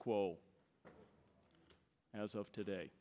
quo as of today